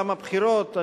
למה בחירות,